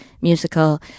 musical